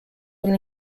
will